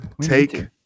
take